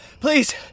Please